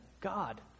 God